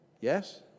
Yes